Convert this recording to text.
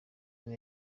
ngo